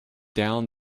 down